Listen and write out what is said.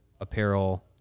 apparel